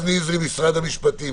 משרד המשפטים,